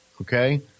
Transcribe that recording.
Okay